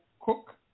Cook